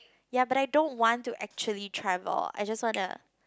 ya but I don't want to actually travel I just wanna